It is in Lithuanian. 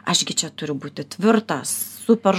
aš gi čia turiu būti tvirtas super